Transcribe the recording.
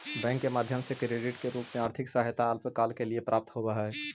bank के माध्यम से क्रेडिट के रूप में आर्थिक सहायता अल्पकाल के लिए प्राप्त होवऽ हई